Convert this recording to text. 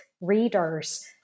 readers